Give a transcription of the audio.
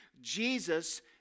Jesus